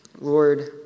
Lord